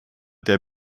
der